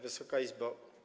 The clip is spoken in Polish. Wysoka Izbo!